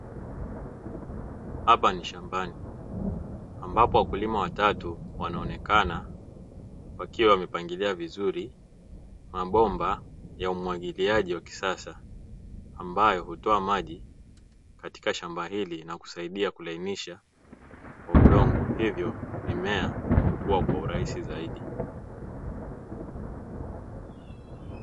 Hapa ni shambani ambapo wakulima watatu wanaonekana wakiwa wamepangilia vizuri mabomba ya umwagiliaji wa kisasa ambayo hutoa maji katika shamba hili na kusaidia kulainisha udongo hivyo mimea hukua kwa urahisi zaidi.